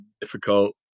difficult